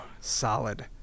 solid